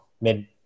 mid